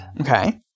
Okay